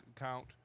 account